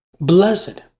blessed